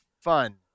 fun